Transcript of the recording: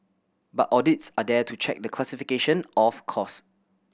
but audits are there to check the classification of cost